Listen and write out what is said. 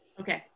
Okay